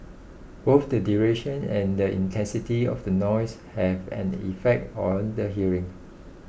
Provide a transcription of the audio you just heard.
both the duration and the intensity of the noise have an effect on the hearing